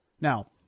Now